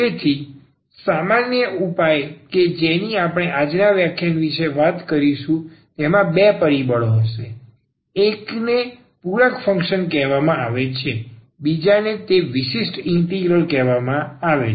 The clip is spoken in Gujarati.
તેથી સામાન્ય ઉપાય કે જેની આપણે આજના વ્યાખ્યાન વિશે વાત કરીશું તેમાં બે પરિબળો હશે એક ને પૂરક ફંક્શન કહેવામાં આવે છે બીજાને તે વિશિષ્ટ ઇન્ટિગ્રલ કહેવામાં આવે છે